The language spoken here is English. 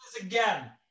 again